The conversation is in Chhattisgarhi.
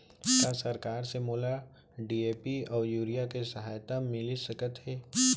का सरकार से मोला डी.ए.पी अऊ यूरिया के सहायता मिलिस सकत हे?